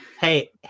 hey